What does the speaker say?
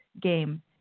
game